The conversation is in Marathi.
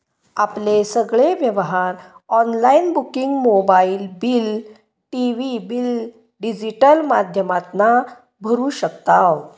आपले सगळे व्यवहार online booking mobile bill, TV bill digital माध्यमातना भरू शकताव